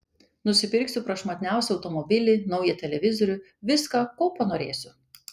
nusipirksiu prašmatniausią automobilį naują televizorių viską ko panorėsiu